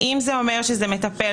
אם זה אומר שזה מטפל,